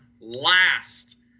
last